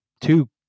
two